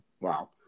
Wow